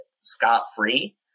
scot-free